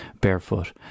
barefoot